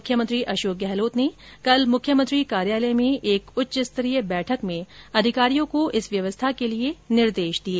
मुख्यमंत्री अशोक गहलोत ने कल मुख्यमंत्री कार्यालय में एक उच्च स्तरीय बैठक में अधिकारियों को इस व्यवस्था के लिए निर्देश दिए